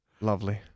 Lovely